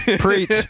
Preach